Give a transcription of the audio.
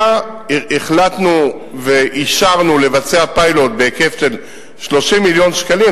אלא החלטנו ואישרנו לבצע פיילוט בהיקף של 30 מיליון שקלים,